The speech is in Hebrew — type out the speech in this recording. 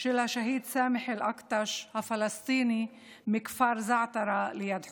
של השהיד סאמח אל-אקטש הפלסטיני מהכפר זעתרה ליד חווארה.